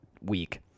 week